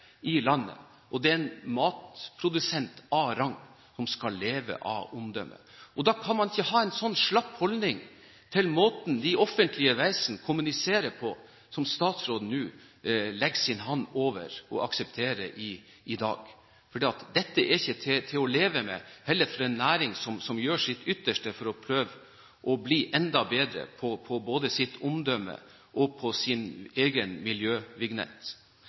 i landet, og det er en matprodusent av rang som skal leve av sitt omdømme. Da kan man ikke ha en sånn slapp holdning til måten de offentlige vesen kommuniserer på, som statsråden nå legger sin hånd over og aksepterer i dag. Dette er heller ikke til å leve med for en næring som gjør sitt ytterste for å prøve å bli enda bedre på både sitt omdømme og på sin egen miljøvignett.